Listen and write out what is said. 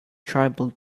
tribal